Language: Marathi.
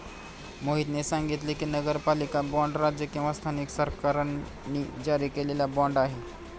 मोहितने सांगितले की, नगरपालिका बाँड राज्य किंवा स्थानिक सरकारांनी जारी केलेला बाँड आहे